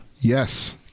Yes